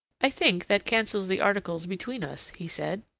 i think that cancels the articles between us, he said.